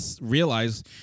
realize